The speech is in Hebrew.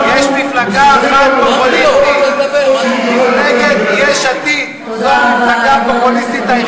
יש רק מפלגה אחת, מפלגה אחת פופוליסטית.